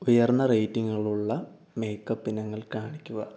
ഉയർന്ന റേറ്റിംഗുകളുള്ള മേക്കപ്പിനങ്ങൾ കാണിക്കുക